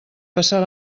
passar